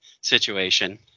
situation